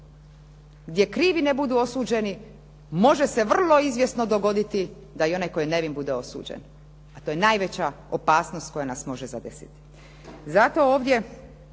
gdje krivi ne budu osuđeni može se vrlo izvjesno dogoditi da i onaj tko je nevin bude osuđen a to je najveća opasnost koja nas može zadesiti. Zato ovdje